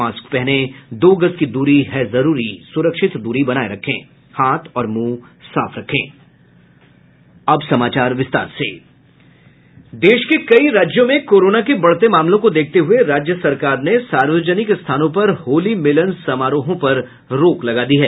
mask पहनें दो गज दूरी है जरूरी सुरक्षित दूरी बनाये रखें हाथ और मुंह साफ रखें देश के कई राज्यों में कोरोना के बढ़ते मामलों को देखते हुए राज्य सरकार ने सार्वजनिक स्थानों पर होली मिलन समारोह पर रोक लगा दी है